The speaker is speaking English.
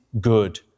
good